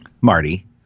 Marty